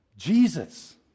Jesus